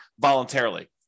voluntarily